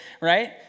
right